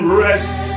rest